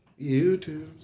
youtube